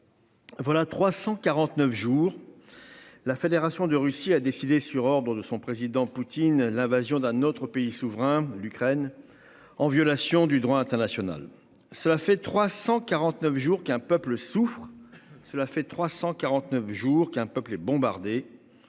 Voilà 349 jours. La Fédération de Russie a décidé sur ordre de son président Poutine l'invasion d'un autre pays souverain, l'Ukraine en violation du droit international, cela fait 349 jours qu'un peuple souffre. Cela fait 349 jours qu'un peuple est bombardé.